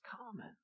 common